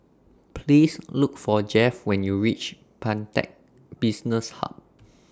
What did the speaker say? Please Look For Jeff when YOU REACH Pantech Business Hub